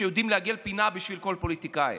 שיודעים לעגל פינה בשביל כל פוליטיקאי.